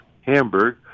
Hamburg